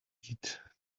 eat